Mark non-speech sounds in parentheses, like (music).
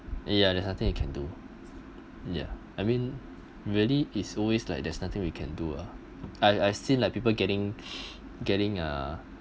ya there's nothing you can do ya I mean really is always like there's nothing we can do ah I I've seen like people getting (breath) getting a